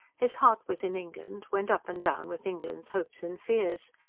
his heart was in england, went up and down with england's hopes and fears.